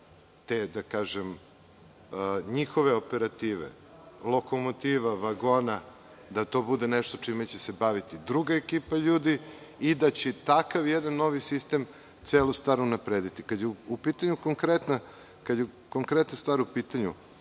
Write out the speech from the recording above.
stanje te njihove operative i lokomotiva, vagona, da to bude nešto čime će se baviti druga ekipa ljudi i da će takav jedan novi sistem celu stvar unaprediti. Kada je u pitanju konkretna stvar, svi